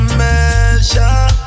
measure